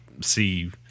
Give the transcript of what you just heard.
see